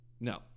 No